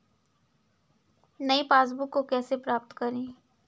नई पासबुक को कैसे प्राप्त करें?